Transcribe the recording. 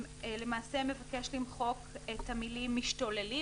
מבקש למחוק את המילה "משתוללים".